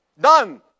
Done